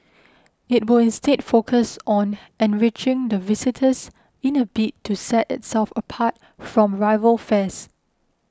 it will instead focus on enriching the visitor's in a bid to set itself apart from rival fairs